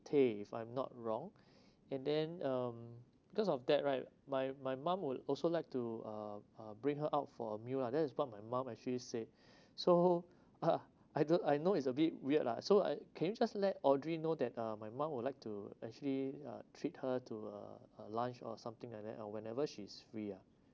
if I'm not wrong and then um because of that right my my mom would also like to uh uh bring her out for a meal lah that's what my mom actually say so I don't I know it's a bit weird lah so I can you just let audrey know that uh my mum would like to actually uh treat her to uh a lunch or something like that whenever she's free ah